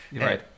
right